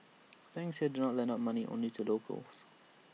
banks here drawn lend out money only to locals